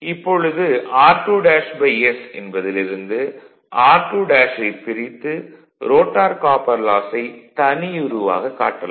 இப்பொழுது r2's என்பதில் இருந்து r2' ஐப் பிரித்து ரோட்டார் காப்பர் லாஸை தனியுரு ஆக காட்டலாம்